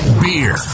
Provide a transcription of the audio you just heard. Beer